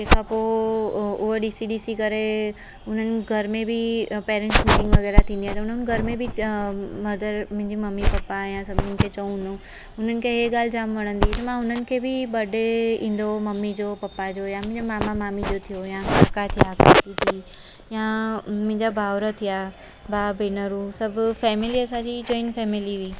तंहिं खां पोइ उहो ॾिसी ॾिसी करे उन्हनि घर में बि पेरेंट्स मीटिंग वग़ैरह थींदी आहे उन्हनि घर में बि मधर मुंहिंजी मम्मी पपा या सभिनी खे चऊं हुननि खे इहा ॻाल्हि जाम वणंदी हुई त मां हुननि खे बि बडे ईंदो हुओ मम्मी जो पपा जो या मुंहिंजे मामा मामी जो थियो या काका थिया काकी थी या मुंहिंजा भाउर थिया भाउ भेनरूं सभु फ़ैमिली असांजी जॉइन फ़ैमिली हुई